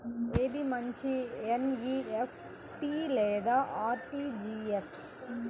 ఏది మంచి ఎన్.ఈ.ఎఫ్.టీ లేదా అర్.టీ.జీ.ఎస్?